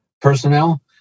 personnel